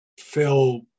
Phil